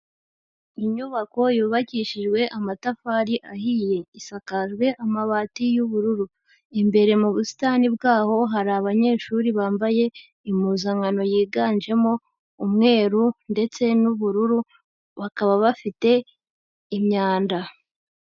Inyubako yubakishijwe amatafari ahiye, isakajwe amabati y'ubururu, imbere mu busitani bwaho, hari abanyeshuri bambaye impuzankano yiganjemo umweru ndetse n'ubururu, bakaba bafite imyanda.